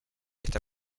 está